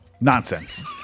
nonsense